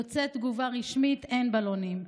יוצאת תגובה רשמית: אין בלונים,